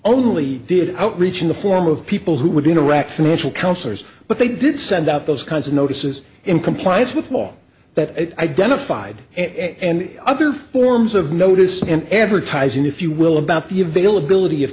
only did outreach in the form of people who would interact financial counselors but they did send out those kinds of notices in compliance with law that identified and other forms of notice and advertising if you will about the availability of